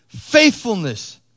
faithfulness